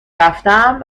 رفتم